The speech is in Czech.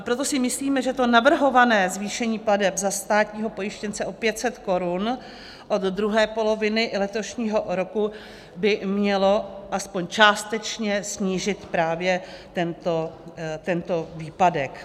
Proto si myslíme, že to navrhované zvýšení plateb za státního pojištěnce o 500 korun od druhé poloviny letošního roku by mělo aspoň částečně snížit právě tento výpadek.